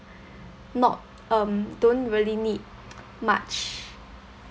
not um don't really need much